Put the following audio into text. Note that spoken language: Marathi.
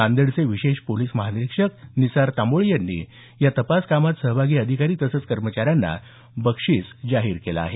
नांदेडचे विशेष पोलीस महानिरीक्षक निसार तांबोळी यांनी तपास कामात सहभागी अधिकारी तसंच कर्मचाऱ्यांना बक्षीस जाहीर केलं आहे